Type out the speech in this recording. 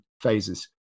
phases